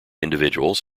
individuals